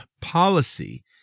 policy